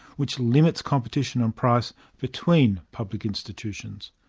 which limits competition on price between public institutions.